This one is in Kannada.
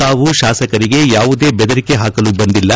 ತಾವು ಶಾಸಕರಿಗೆ ಯಾವುದೇ ಬೆದರಿಕೆ ಹಾಕಲು ಬಂದಿಲ್ಲ